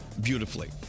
beautifully